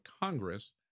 Congress